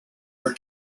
were